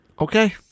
Okay